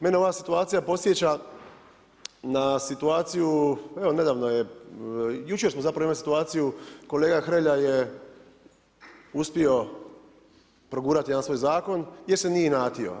Mene ova situaciju podsjeća, na situaciju, evo nedavno je, jučer smo zapravo imali situaciju, kolega Hrelja je uspio progurati, jedan svoj zakon, jer se nije inatio.